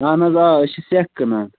اہَن حَظ آ أسۍ چھِ سیٚکھ کٕنَان